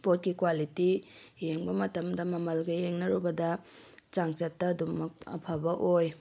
ꯄꯣꯠꯀꯤ ꯀ꯭ꯋꯥꯂꯤꯇꯤ ꯌꯦꯡꯕ ꯃꯇꯝꯗ ꯃꯃꯜꯒ ꯌꯦꯡꯅꯔꯨꯕꯗ ꯆꯥꯡꯆꯠꯇ ꯑꯗꯨꯃꯛ ꯑꯐꯕ ꯑꯣꯏ